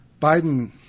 Biden –